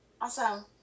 awesome